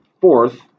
fourth